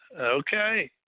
Okay